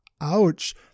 Ouch